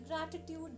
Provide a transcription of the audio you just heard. Gratitude